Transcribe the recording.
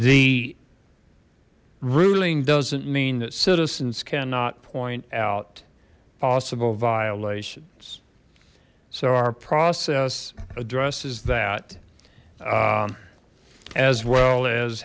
the ruling doesn't mean that citizens cannot point out possible violations so our process addresses that as well